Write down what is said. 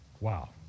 Wow